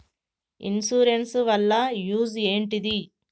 Insurance వాళ్ల use ఏంటిది?